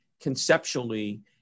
conceptually